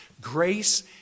Grace